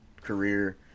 career